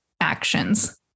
actions